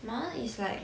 my one is like